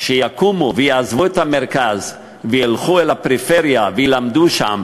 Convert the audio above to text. שיקומו ויעזבו את המרכז וילכו אל הפריפריה וילמדו שם